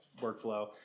workflow